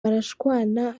barashwana